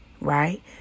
right